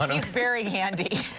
um he's very handy.